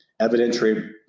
evidentiary